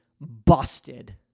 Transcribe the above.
busted